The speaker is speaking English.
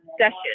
session